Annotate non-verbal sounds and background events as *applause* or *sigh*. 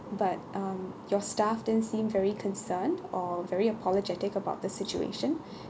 but um your staff didn't seem very concerned or very apologetic about the situation *breath*